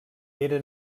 era